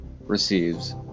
receives